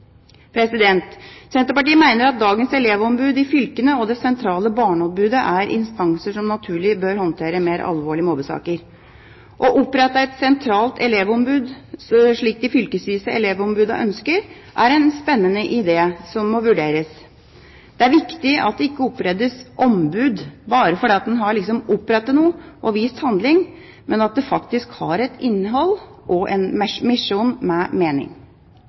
Senterpartiet mener at dagens elevombud i fylkene og det sentrale barneombudet er instanser som naturlig bør håndtere mer alvorlige mobbesaker. Å opprette et sentralt elevombud, slik de fylkesvise elevombudene ønsker, er en spennende idé som må vurderes. Det er viktig at det ikke opprettes ombud bare for at en har opprettet noe og vist handling, men at det faktisk har et innhold og en misjon med mening.